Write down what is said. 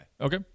Okay